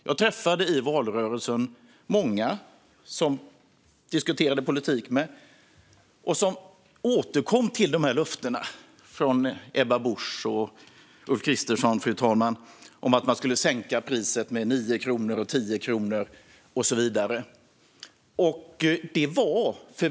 Jag träffade i valrörelsen många som jag diskuterade politik med och som återkom till de här löftena från Ebba Busch och Ulf Kristersson om att man skulle sänka priset med 9 kronor och 10 kronor och så vidare.